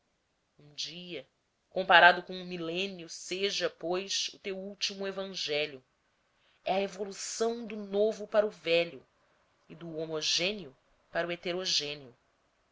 um dia comparado com um milênio seja pois o teu último evangelho é a evolução do novo para o velho e do homogêneo para o heterogêneo